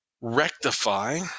rectify –